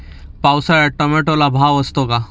पावसाळ्यात टोमॅटोला भाव असतो का?